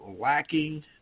lacking